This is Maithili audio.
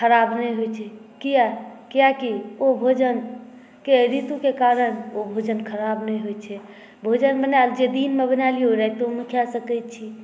ख़राब नहि होइ छै किया कियाकि ओ भोजनके ऋतुके कारण ओ भोजन ख़राब नहि होइ छै भोजन बना जे दिनमे बना लियो ओ राइतोमे खा सकै छी